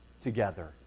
together